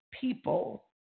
people